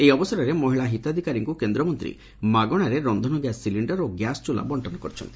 ଏହି ଅବସରରେ ମହିଳା ହିତାଧିକାରୀଙ୍କୁ କେନ୍ଦ୍ରମନ୍ତୀ ମାଗଶାରେ ରନ୍ଧନଗ୍ୟାସ୍ ସିଲିଶ୍ଡର ଓ ଗ୍ୟାସ୍ ଚୁଲା ବଣ୍କନ କରିଛନ୍ତି